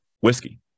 whiskey